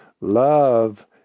Love